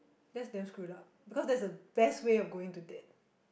that's damn screwed up because that's the best way of going to that